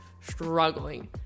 struggling